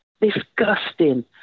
disgusting